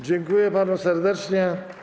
Dziękuję panu serdecznie.